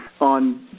on